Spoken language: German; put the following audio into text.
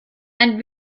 ein